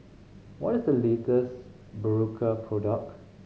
what is the latest Berocca product